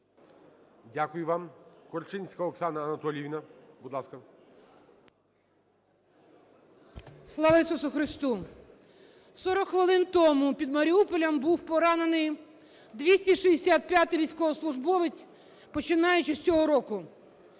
Дякую вам. Корчинська Оксана Анатоліївна. Будь ласка. 10:58:41 КОРЧИНСЬКА О.А. Слава Ісусу Христу! 40 хвилин тому під Маріуполем був поранений 265-й військовослужбовець, починаючи з цього року.